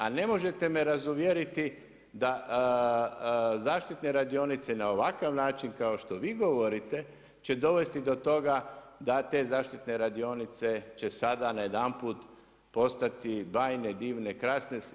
A ne možete me razuvjeriti da zaštitne radionice na ovakav način kao što vi govorite će dovesti do toga da te zaštitne radionice će sada najedanput postati bajne, divne, krasne.